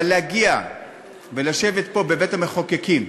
אבל להגיע ולשבת פה, בבית-המחוקקים,